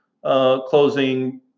closing